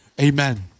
Amen